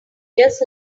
just